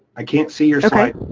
i can't see your slide.